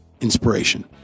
inspiration